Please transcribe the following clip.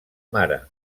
mare